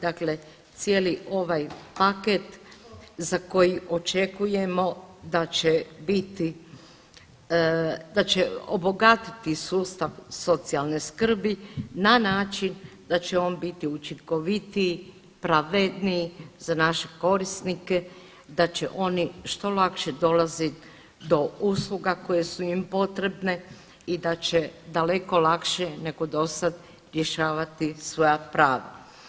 Dakle, cijeli ovaj paket za koji očekujemo da će biti, da će obogatiti sustav socijalne skrbi na način da će on biti učinkovitiji, pravedniji za naše korisnike, da će oni što lakše dolaziti do usluga koje su im potrebne i da će daleko lakše nego dosada rješavati svoja prava.